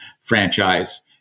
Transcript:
franchise